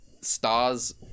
stars